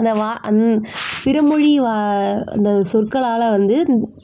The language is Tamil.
அந்த வா அந் பிற மொழி வா அந்த சொற்களால் வந்து